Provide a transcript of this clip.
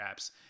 apps